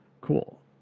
Cool